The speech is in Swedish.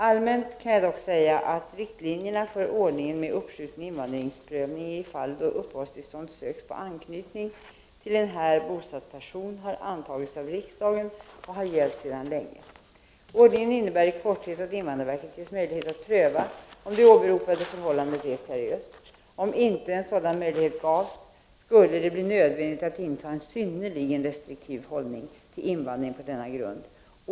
Allmänt kan jag dock säga att riktlinjerna för ordningen med uppskjuten invandringsprövning i fall då uppehållstillstånd söks på anknytning till en här bosatt person har antagits av riksdagen och har gällt sedan länge. Ordningen innebär i korthet att invandrarverket ges möjlighet att pröva om det åberopande förhållandet är seriöst. Om inte sådan möjlighet gavs, skulle det bli nödvändigt att inta en synnerligen restriktiv hållning till invandring på denna grund.